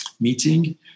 meeting